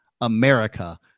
America